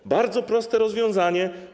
To bardzo proste rozwiązanie.